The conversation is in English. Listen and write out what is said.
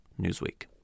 Newsweek